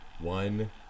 one